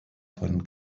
von